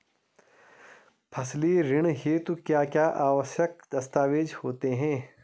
फसली ऋण हेतु क्या क्या आवश्यक दस्तावेज़ होते हैं?